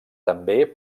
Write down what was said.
també